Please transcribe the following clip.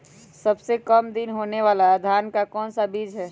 सबसे काम दिन होने वाला धान का कौन सा बीज हैँ?